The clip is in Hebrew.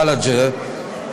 וולאג'ה,